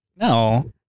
No